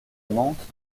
mantes